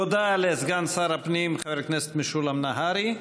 תודה לסגן שר הפנים חבר הכנסת משולם נהרי.